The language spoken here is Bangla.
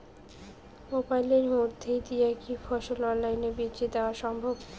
মোবাইলের মইধ্যে দিয়া কি ফসল অনলাইনে বেঁচে দেওয়া সম্ভব?